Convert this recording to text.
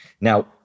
Now